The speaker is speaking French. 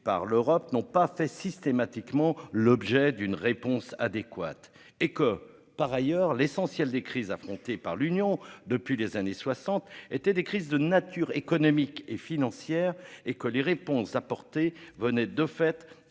par l'Europe n'ont pas fait systématiquement l'objet d'une réponse adéquate et que par ailleurs l'essentiel des crises affronter par l'Union depuis les années 60 étaient des crises de nature économique et financière et que les réponses apportées venait de fait